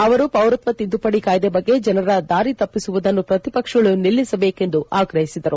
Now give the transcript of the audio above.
ಅವರು ಪೌರತ್ವ ತಿದ್ದುಪಡಿ ಕಾಯ್ದೆ ಬಗ್ಗೆ ಜನರ ದಾರಿ ತಪ್ಪಿಸುವುದನ್ನು ಪ್ರತಿಪಕ್ಷಗಳು ನಿಲ್ಲಿಸಬೇಕು ಎಂದು ಆಗ್ರಹಿಸಿದರು